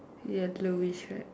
yellowish right